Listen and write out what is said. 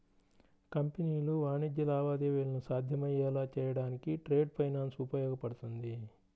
కంపెనీలు వాణిజ్య లావాదేవీలను సాధ్యమయ్యేలా చేయడానికి ట్రేడ్ ఫైనాన్స్ ఉపయోగపడుతుంది